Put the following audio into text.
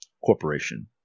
Corporation